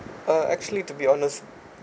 uh actually to be honest